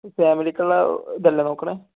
ഫാമിലിക്കുള്ള ഇതല്ലേ നോക്കണത്